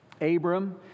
Abram